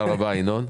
תודה רבה ינון...